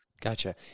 Gotcha